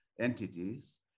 entities